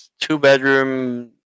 Two-bedroom